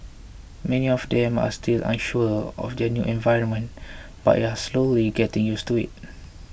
many of them are still unsure of their new environment but are slowly getting used to it